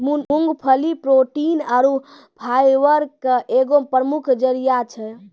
मूंगफली प्रोटीन आरु फाइबर के एगो प्रमुख जरिया छै